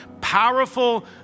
powerful